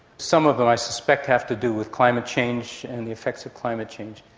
some of them i suspect have to do with climate change and the effects of climate change,